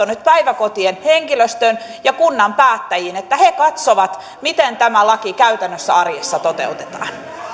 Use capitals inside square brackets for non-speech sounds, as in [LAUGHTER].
[UNINTELLIGIBLE] nyt päiväkotien henkilöstöön ja kunnan päättäjiin että he katsovat miten tämä laki käytännössä arjessa toteutetaan